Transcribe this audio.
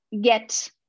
get